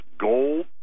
gold